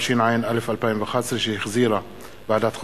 התשע"א 2011, שהחזירה ועדת החוקה,